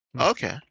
Okay